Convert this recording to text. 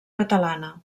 catalana